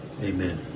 amen